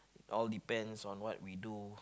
all depends on what we do